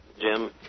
Jim